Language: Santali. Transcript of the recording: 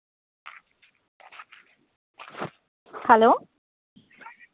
ᱦᱮᱞᱳ